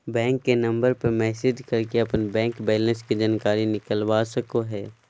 bank के number पर message करके अपन बैंक बैलेंस के जानकारी निकलवा सको हो